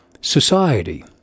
society